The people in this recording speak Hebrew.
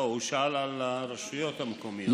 לא, הוא שאל על הרשויות המקומיות.